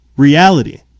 reality